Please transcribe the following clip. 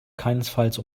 keinesfalls